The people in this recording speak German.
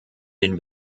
den